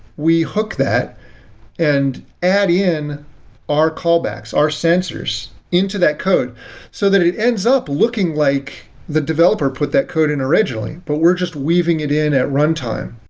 we hook that and add in our callbacks, our sensors, into that code so that it ends up looking like the developer put that code in originally, but we're just weaving it in at runtime.